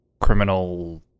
criminal